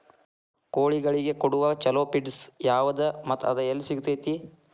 ಕೋಳಿಗಳಿಗೆ ಕೊಡುವ ಛಲೋ ಪಿಡ್ಸ್ ಯಾವದ ಮತ್ತ ಅದ ಎಲ್ಲಿ ಸಿಗತೇತಿ?